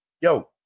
Yo